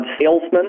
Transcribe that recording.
Salesman